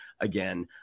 again